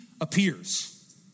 appears